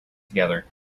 together